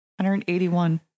181